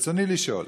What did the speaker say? רצוני לשאול: